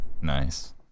Nice